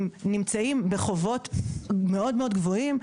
הם נמצאים בחובות מאוד גבוהים.